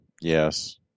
Yes